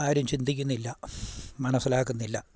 ആരും ചിന്തിക്കുന്നില്ല മനസ്സിലാക്കുന്നില്ല